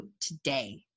today